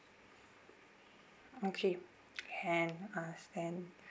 okay can understand